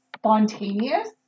spontaneous